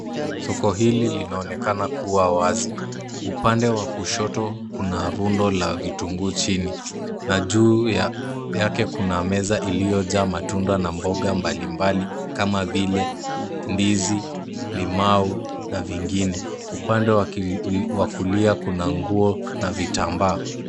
Soko hili linaonekana kuwa wazi. Upande wa kushoto kuna rundo la vitunguu chini na juu ya yake kuna meza iliyojaa matunda na mboga mbalimbali, kama vile; ndizi, limau na vingine. Upande wa kulia kuna nguo na vitambaa.